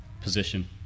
position